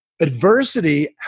Adversity